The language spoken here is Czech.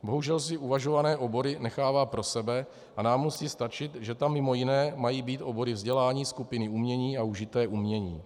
Bohužel si uvažované obory nechává pro sebe a nám musí stačit, že tam mj. mají být obory vzdělání skupiny umění a užité umění.